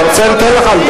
אתה רוצה, ניתן לך לדבר.